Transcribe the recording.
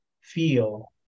feel